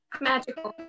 magical